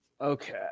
Okay